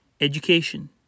education